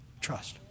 trust